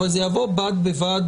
אבל זה יבוא בד בבד